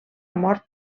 mort